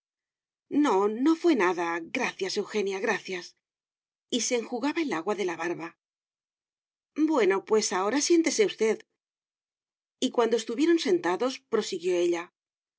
no no fué nada gracias eugenia graciasy se enjugaba el agua de la barba bueno pues ahora siéntese ustedy cuando estuvieron sentados prosiguió ella